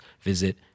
visit